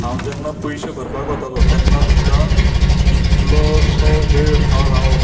हांव जेन्ना पयशे भरपाक वतालो तेन्ना सुद्दां कितलोसो वेळ हांव रावप